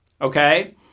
okay